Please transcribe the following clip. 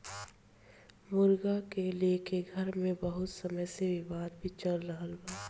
मुर्गी के लेके घर मे बहुत समय से विवाद भी चल रहल बा